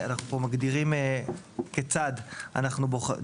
אנחנו פה מגדירים כיצד אנחנו בוחנים,